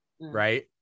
right